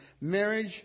marriage